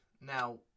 Now